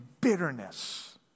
bitterness